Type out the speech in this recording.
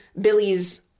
Billy's